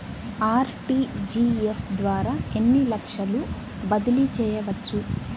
RTGS ద్వారా ఎన్ని లక్షలు బదిలీ చేయవచ్చు?